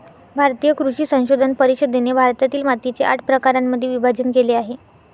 भारतीय कृषी संशोधन परिषदेने भारतातील मातीचे आठ प्रकारांमध्ये विभाजण केले आहे